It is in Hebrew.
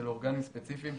של אורגנים ספציפיים,